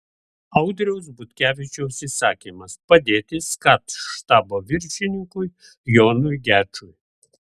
audriaus butkevičiaus įsakymas padėti skat štabo viršininkui jonui gečui